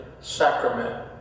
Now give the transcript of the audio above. sacrament